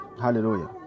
Hallelujah